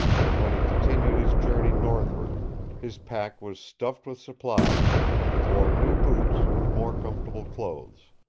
and when he continued his journey northward his pack was stuffed with supplies, and he wore new boots and more comfortable clothes.